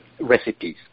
recipes